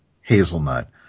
hazelnut